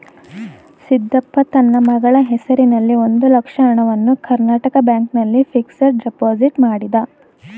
ಸಿದ್ದಪ್ಪ ತನ್ನ ಮಗಳ ಹೆಸರಿನಲ್ಲಿ ಒಂದು ಲಕ್ಷ ಹಣವನ್ನು ಕರ್ನಾಟಕ ಬ್ಯಾಂಕ್ ನಲ್ಲಿ ಫಿಕ್ಸಡ್ ಡೆಪೋಸಿಟ್ ಮಾಡಿದ